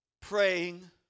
praying